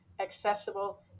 accessible